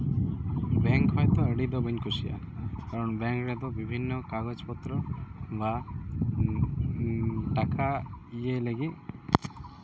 bank ᱠᱷᱚᱡ ᱫᱚ ᱟᱹᱰᱤ ᱫᱚ ᱵᱟᱹᱧ ᱠᱩᱥᱤᱭᱟᱜᱼᱟ ᱠᱟᱨᱚᱱ ᱵᱮᱝᱠ ᱨᱮᱫᱚ ᱵᱤᱵᱷᱤᱱᱱᱚ ᱠᱟᱜᱚᱡᱽ ᱯᱚᱛᱨᱚ ᱵᱟ ᱴᱟᱠᱟ ᱤᱭᱟᱭ ᱞᱟᱹᱜᱤᱫ